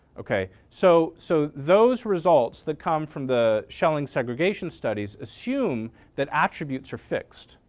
ok. so so those results that come from the schelling segregation studies assume that attributes are fixed,